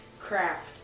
craft